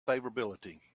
favorability